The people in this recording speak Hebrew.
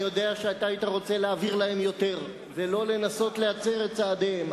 אני יודע שאתה היית רוצה להעביר להם יותר ולא לנסות להצר את צעדיהם,